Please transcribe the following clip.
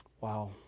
Wow